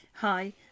Hi